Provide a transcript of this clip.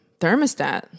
thermostat